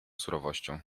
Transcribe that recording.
surowością